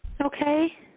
okay